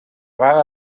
rara